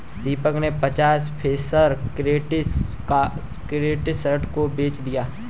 दीपक ने पचास फीसद क्रिप्टो शॉर्ट में बेच दिया